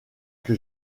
que